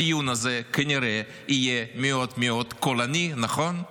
הדיון הזה כנראה יהיה מאוד מאוד קולני, נכון?